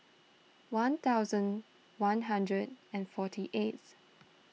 one thousand one hundred and forty eighth